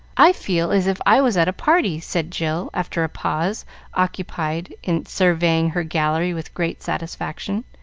i feel as if i was at a party, said jill, after a pause occupied in surveying her gallery with great satisfaction,